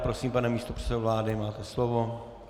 Prosím, pane místopředsedo vlády, máte slovo.